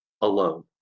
alone